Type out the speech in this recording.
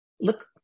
look